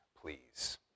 please